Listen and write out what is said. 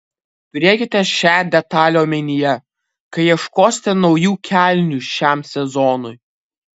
turėkite šią detalę omenyje kai ieškosite naujų kelnių šiam sezonui